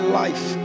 life